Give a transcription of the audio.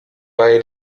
bei